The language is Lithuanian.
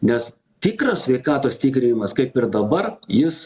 nes tikras sveikatos tikrinimas kaip ir dabar jis